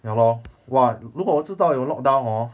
ya lor !wah! 如果我知道有 lock down orh